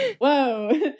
whoa